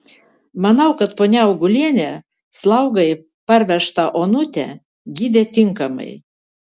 manau kad ponia augulienė slaugai parvežtą onutę gydė tinkamai